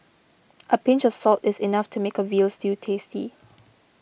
a pinch of salt is enough to make a Veal Stew tasty